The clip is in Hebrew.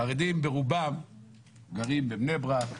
החרדים ברובם גרים בבני ברק,